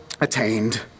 attained